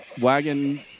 Wagon